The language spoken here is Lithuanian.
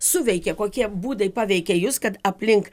suveikė kokie būdai paveikė jus kad aplink